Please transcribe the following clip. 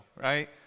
right